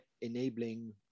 enabling